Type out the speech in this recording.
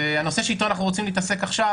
הנושא שאיתו אנחנו רוצים להתעסק עכשיו,